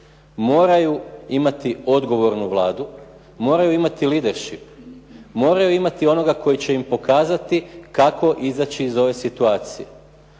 moraju imati odgovornu Vladu, moraju imati lidership, moraju imati onoga koji će im pokazati kako izaći iz ove situacije.